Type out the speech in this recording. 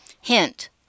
Hint